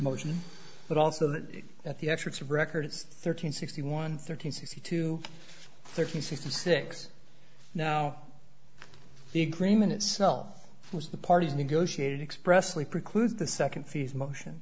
motion but also at the entrance of records thirteen sixty one thirteen sixty two thirty sixty six now the agreement itself was the parties negotiated expressly precludes the second fees motion